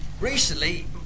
Recently